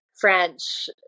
French